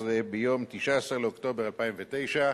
השמונה-עשרה, ביום 19 באוקטובר 2009,